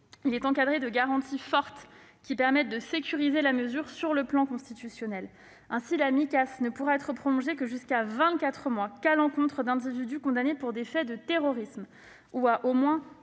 est accompagné de garanties fortes, qui permettent de sécuriser la mesure sur le plan constitutionnel. Ainsi, la Micas ne pourra être prolongée jusqu'à vingt-quatre mois qu'à l'encontre d'individus condamnés pour des faits de terrorisme à au moins